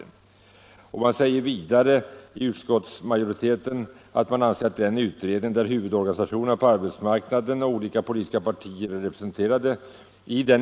Utskottsmajoriteten framhåller vidare att man anser att uppslag av den här typen kan tas upp och diskuteras i utredningen, där huvudorganisationerna på arbetsmarknaden och olika politiska partier är representerade.